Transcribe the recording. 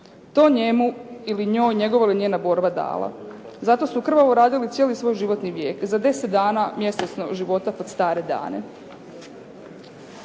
To njemu ili njoj njegova ili njena borba dala, za to su krvavo radili cijeli svoj životni vijek za 10 dana mjesečno života pod stare dane.